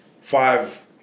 five